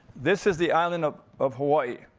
this is the island of of hawaii.